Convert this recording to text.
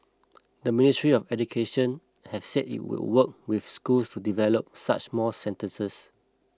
the Ministry of Education has said it will work with schools to develop such more centres